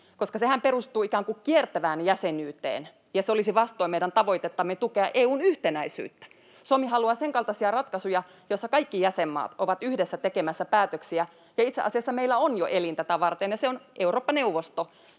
koska sehän perustuu ikään kuin kiertävään jäsenyyteen ja se olisi vastoin meidän tavoitettamme tukea EU:n yhtenäisyyttä. Suomi haluaa senkaltaisia ratkaisuja, joissa kaikki jäsenmaat ovat yhdessä tekemässä päätöksiä, ja itse asiassa meillä on jo elin tätä varten, ja se on Eurooppa-neuvosto,